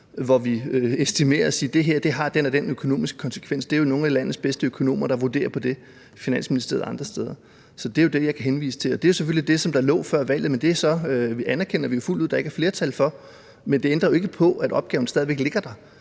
hvor vi estimerer og siger, at det her har den og den økonomiske konsekvens. Det er jo nogle af landets bedste økonomer, der i Finansministeriet og andre steder vurderer det. Så det er jo det, jeg kan henvise til. Det er selvfølgelig det, som der lå før valget, men det anerkender vi jo så fuldt ud at der ikke er flertal for; men det ændrer ikke på, at opgaven stadig væk ligger der,